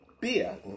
Beer